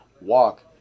walk